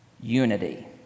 unity